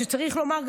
צריך לומר,